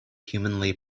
humanly